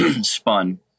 spun